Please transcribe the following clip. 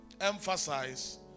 emphasize